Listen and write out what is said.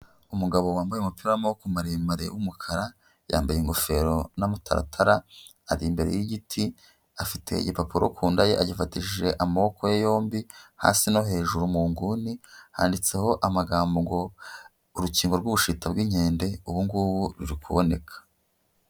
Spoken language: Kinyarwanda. Umugabo wambaye umupi w'amaboko maremare w'umukara, yambaye ingofero n'amataratara, ari imbere y'igit,i afite igiappuro ku nda ye, agifatishije amaboko ye yombi hasi no hejuru mu nguni handitseho amagambo ngo; urukingo rw'ubushito bw'inkende ubu ngubu ruri kuboneka.